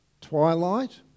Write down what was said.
twilight